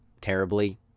terribly